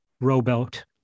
rowboat